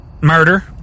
murder